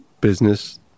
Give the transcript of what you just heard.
business